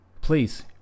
please